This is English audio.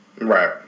Right